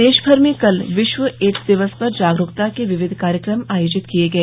प्रदेश भर में कल विश्व एड्स दिवस पर जागरूकता के विविध कार्यक्रम आयोजित किए गए